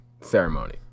ceremony